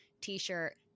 t-shirt